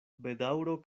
bedaŭro